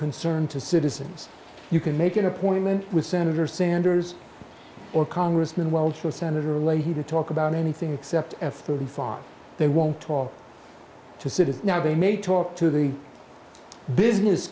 concern to citizens you can make an appointment with senator sanders or congressman walsh or senator leahy to talk about anything except f thirty five they won't talk to citizen now they may talk to the business